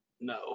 no